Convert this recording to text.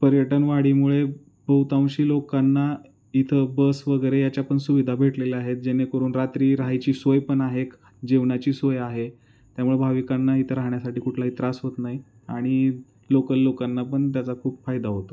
पर्यटनवाढीमुळे बहुतांशी लोकांना इथं बस वगैरे याच्या पण सुविधा भेटलेल्या आहेत जेणेकरून रात्री राहायची सोय पण आहे जेवणाची सोय आहे त्यामुळं भाविकांना इथं राहण्यासाठी कुठलाही त्रास होत नाही आणि लोकल लोकांना पण त्याचा खूप फायदा होतो